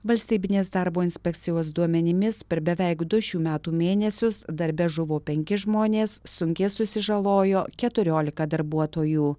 valstybinės darbo inspekcijos duomenimis per beveik du šių metų mėnesius darbe žuvo penki žmonės sunkiai susižalojo keturiolika darbuotojų